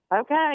Okay